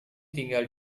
tinggal